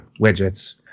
widgets